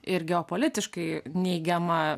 ir geopolitiškai neigiama